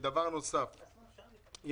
דבר נוסף,